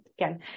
again